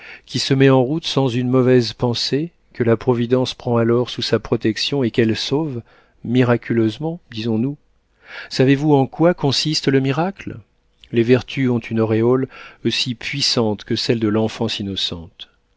qui se met en route sans une mauvaise pensée que la providence prend alors sous sa protection et qu'elle sauve miraculeusement disons-nous savez-vous en quoi consiste le miracle les vertus ont une auréole aussi puissante que celle de l'enfance innocente